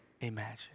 imagine